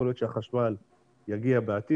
יכול להיות שהחשמל יגיע בעתיד.